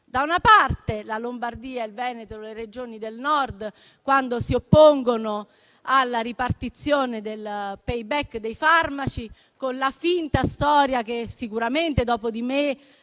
Da una parte ci sono la Lombardia, il Veneto e le Regioni del Nord, quando si oppongono alla ripartizione del *payback* dei farmaci con la finta storia che sicuramente dopo di me